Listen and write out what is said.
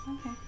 Okay